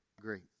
great